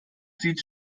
sieht